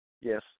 Yes